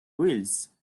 wheels